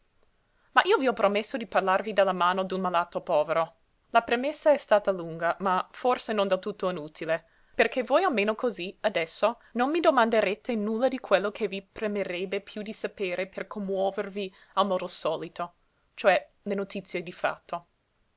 ma io vi ho promesso di parlarvi della mano d'un malato povero la premessa è stata lunga ma forse non del tutto inutile perché voi almeno cosí adesso non mi domanderete nulla di quello che vi premerebbe piú di sapere per commuovervi al modo solito cioè le notizie di fatto